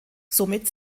somit